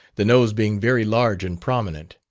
the nose being very large and prominent.